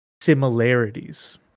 similarities